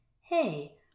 hey